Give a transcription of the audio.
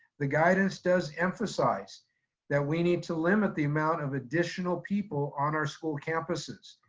the guidance does emphasize that we need to limit the amount of additional people on our school campuses.